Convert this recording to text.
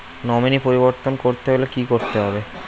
Nominee পরিবর্তন করতে হলে কী করতে হবে?